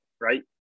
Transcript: right